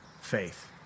faith